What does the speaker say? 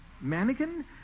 mannequin